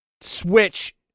Switch